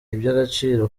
iby’agaciro